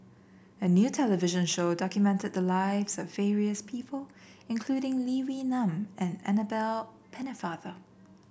a new television show documented the lives of various people including Lee Wee Nam and Annabel Pennefather